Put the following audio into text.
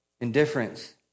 indifference